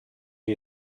che